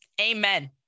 Amen